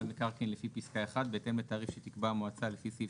מקרקעין לפי פסקה (1) בהתאם לתעריף שתקבע המועצה לפי סעיף